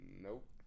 Nope